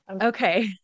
Okay